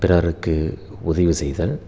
பிறருக்கு உதவி செய்தல்